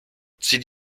zieh